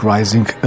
Rising